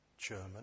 German